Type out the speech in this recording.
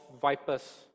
vipers